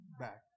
back